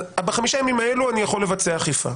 בחמישה הימים האלה אני יכול לבצע אכיפה,